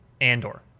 andor